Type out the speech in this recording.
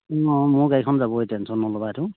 অঁ মোৰ গাড়ীখন যাবই টেনশ্য়ন নল'ব সেইটো